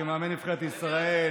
כמאמן נבחרת ישראל,